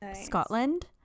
Scotland